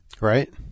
right